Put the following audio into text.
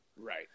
Right